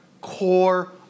core